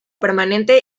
permanente